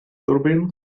turbine